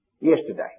yesterday